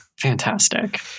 Fantastic